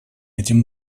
этим